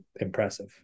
impressive